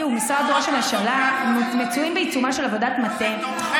זה תומכי טרור שיושבים בחלקם שם ומריעים כשיורים טילים מעוטף עזה.